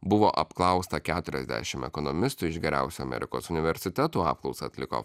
buvo apklausta keturiasdešim ekonomistų iš geriausių amerikos universitetų apklausą atliko